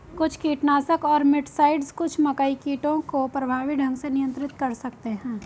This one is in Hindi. कुछ कीटनाशक और मिटसाइड्स कुछ मकई कीटों को प्रभावी ढंग से नियंत्रित कर सकते हैं